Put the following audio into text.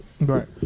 Right